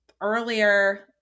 earlier